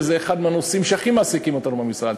זה אחד מהנושאים שהכי מעסיקים אותנו במשרד.